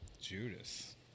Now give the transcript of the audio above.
Judas